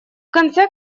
конце